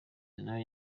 nayo